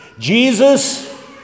Jesus